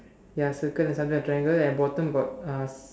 ya circle and something like triangle and bottom got uh